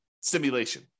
simulation